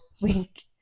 week